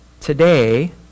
today